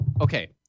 Okay